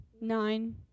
nine